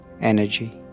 energy